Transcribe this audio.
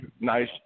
nice